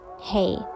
Hey